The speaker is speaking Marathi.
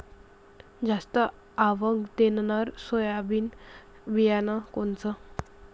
जास्त आवक देणनरं सोयाबीन बियानं कोनचं?